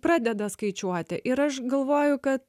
pradeda skaičiuoti ir aš galvoju kad